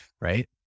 right